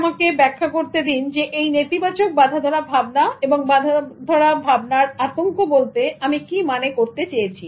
আমাকে ব্যাখ্যা করতে দিননেতিবাচক বাঁধাধরা ভাবনা এবং বাঁধাধরা ভাবনার আতঙ্ক বলতে আমি কি মানে করতে চেয়েছি